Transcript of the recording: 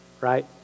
right